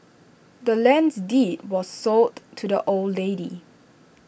the land's deed was sold to the old lady